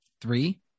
Three